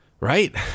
Right